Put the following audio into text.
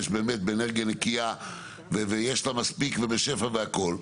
באמת באנרגיה נקייה ויש לה מספיק ובשפע והכל,